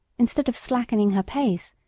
instead of slackening her pace,